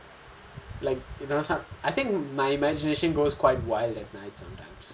like you know I think my imagination goes quite wild at night sometimes